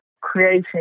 creating